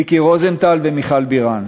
מיקי רוזנטל ומיכל בירן.